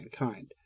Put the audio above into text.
mankind